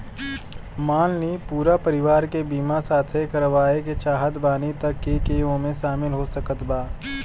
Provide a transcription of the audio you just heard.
मान ली पूरा परिवार के बीमाँ साथे करवाए के चाहत बानी त के के ओमे शामिल हो सकत बा?